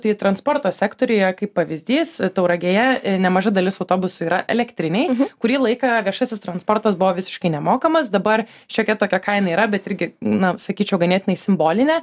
tai transporto sektoriuje kaip pavyzdys tauragėje nemaža dalis autobusų yra elektriniai kurį laiką viešasis transportas buvo visiškai nemokamas dabar šiokia tokia kaina yra bet irgi na sakyčiau ganėtinai simbolinė